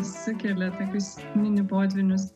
sukelia tokius minipotvynius